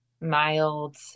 mild